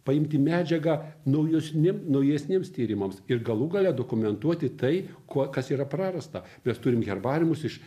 paimti medžiagą naujesniam naujesniems tyrimams ir galų gale dokumentuoti tai kuo kas yra prarasta mes turim herbariumus iš